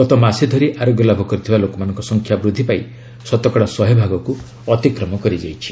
ଗତ ମାସେ ଧରି ଆରୋଗ୍ୟ ଲାଭ କରିଥିବା ଲୋକମାନଙ୍କ ସଂଖ୍ୟା ବୃଦ୍ଧି ପାଇ ଶତକଡ଼ା ଶହେଭାଗକୁ ଅତିକ୍ରମ କରିଯାଇଛି